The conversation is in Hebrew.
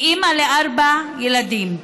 היא אימא לארבעה ילדים,